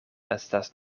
estas